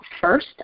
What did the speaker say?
first